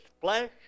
flesh